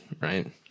right